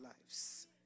lives